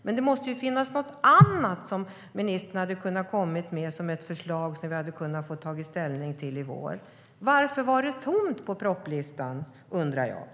Men det måste finnas något annat som ministern hade kunnat komma med som ett förslag som vi hade kunnat få ta ställning till i vår. Varför var det tomt på propositionslistan?